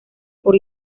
por